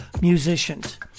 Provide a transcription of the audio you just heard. musicians